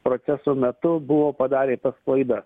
proceso metu buvo padarė klaidą